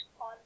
on